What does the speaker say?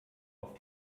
auf